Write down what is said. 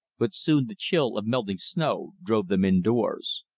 but soon the chill of melting snow drove them indoors.